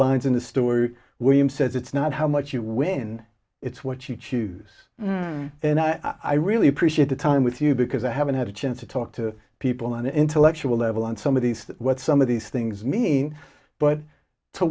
lines in the story william says it's not how much you win it's what you choose and i i really appreciate the time with you because i haven't had a chance to talk to people on an intellectual level on some of these what some of these things mean but to